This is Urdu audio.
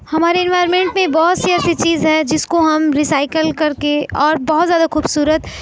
ہمارے انوائرمینٹ میں بہت سی ایسی چیز ہے جس کو ہم ریسائکل کر کے اور بہت زیادہ خوبصورت